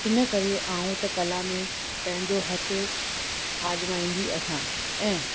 इन करे आऊं त कला में पंहिंजो हथु आज़माईंदी अहियां ऐं